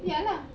ya lah